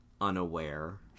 unaware